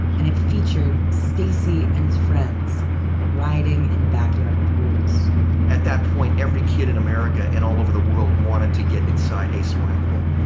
and it featured stacy and his friends riding in backyard pools at that point, every kid in america, and all over the world, wanted to get inside a swimming pool.